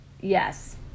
yes